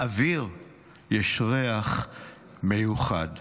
לאוויר יש ריח מיוחד.